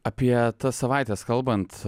apie tas savaites kalbant